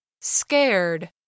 Scared